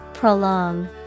Prolong